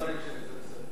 הוא ציטט את הדברים שלי,